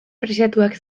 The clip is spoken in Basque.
preziatuak